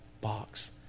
box